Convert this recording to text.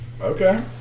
Okay